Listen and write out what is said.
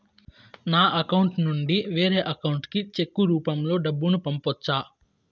నా అకౌంట్ నుండి వేరే అకౌంట్ కి చెక్కు రూపం లో డబ్బును పంపొచ్చా?